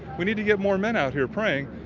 we need to get more men out here praying.